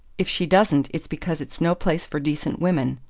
if she doesn't, it's because it's no place for decent women.